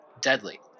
deadly